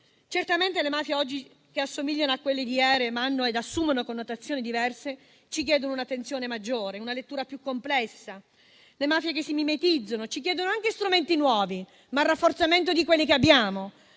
Certamente le mafie di oggi, che assomigliano a quelli di ieri, ma hanno e assumono connotazioni diverse, ci chiedono un'attenzione maggiore, una lettura più complessa. Le mafie si mimetizzano e ci chiedono strumenti nuovi, ma anche il rafforzamento di quelli che abbiamo